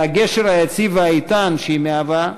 והגשר היציב והאיתן שהיא מהווה,